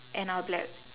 and I will be like